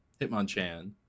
Hitmonchan